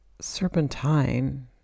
serpentine